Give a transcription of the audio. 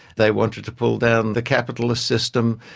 they wanted to pull down the capitalist system,